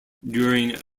during